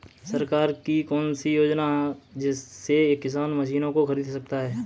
सरकार की कौन सी योजना से किसान मशीनों को खरीद सकता है?